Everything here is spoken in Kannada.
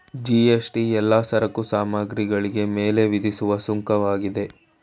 ಜಿ.ಎಸ್.ಟಿ ಎಲ್ಲಾ ಸರಕು ಸಾಮಗ್ರಿಗಳಿಗೆ ಮೇಲೆ ವಿಧಿಸುವ ಸುಂಕವಾಗಿದೆ